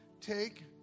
take